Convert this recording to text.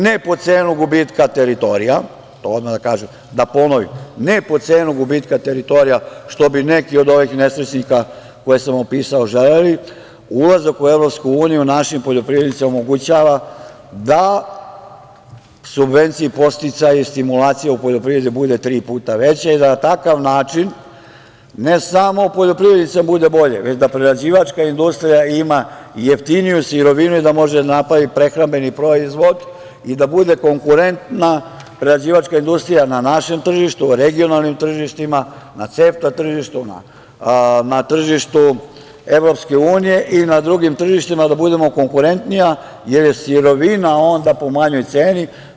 Ne po cenu gubitka teritorija, to odmah da kažem i ponovim, ne po cenu gubitka teritorija što bi neki od ovih nesrećnika koje sam opisao želeli, ulazak u EU našim poljoprivrednicima omogućava da subvencije, podsticaje i stimulacije u poljoprivredi bude tri puta veće i da na takav način ne samo poljoprivrednicima bude bolje, već da prerađivačka industrija ima jeftiniju sirovinu i da može da napravi prehrambeni proizvod i da bude konkurentna prerađivačka industrija na našem tržištu, regionalnim tržištima, na CEFTA tržištu, na tržištu EU i na drugim tržištima, da budemo konkurentniji, jer je sirovina onda po manjoj ceni.